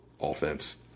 offense